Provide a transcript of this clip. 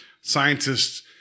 scientists